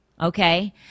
okay